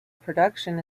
production